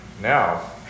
Now